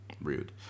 Rude